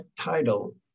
title